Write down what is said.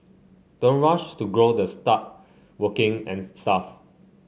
don't rush to grow the start working and stuff